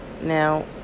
Now